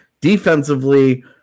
Defensively